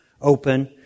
open